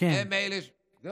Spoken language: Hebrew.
הם אלה, כן.